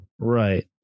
Right